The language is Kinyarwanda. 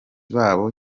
babo